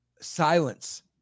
silence